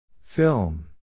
Film